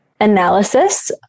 analysis